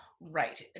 Right